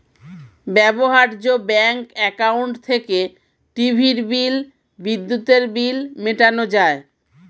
ব্যবহার্য bank account থেকে টিভির বিল, বিদ্যুতের বিল মেটানো যায়